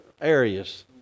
areas